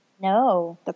No